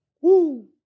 woo